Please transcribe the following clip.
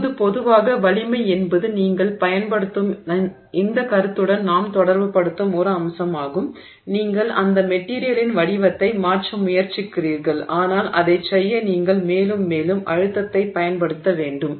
இப்போது பொதுவாக வலிமை என்பது நீங்கள் பயன்படுத்தும் இந்த கருத்துடன் நாம் தொடர்புபடுத்தும் ஒரு அம்சமாகும் நீங்கள் அந்த மெட்டிரியலின் வடிவத்தை மாற்ற முயற்சிக்கிறீர்கள் ஆனால் அதைச் செய்ய நீங்கள் மேலும் மேலும் அழுத்தத்தைப் பயன்படுத்த வேண்டும்